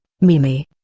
mimi